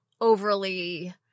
overly